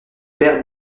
père